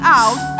out